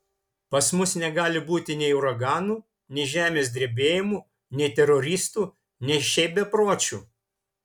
pas mus negali būti nei uraganų nei žemės drebėjimų nei teroristų nei šiaip bepročių